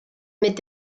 mit